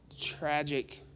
tragic